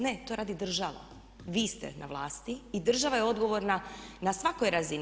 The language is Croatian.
Ne, to radi država, vi ste na vlasti i država je odgovorna na svakoj razini.